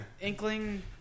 Inkling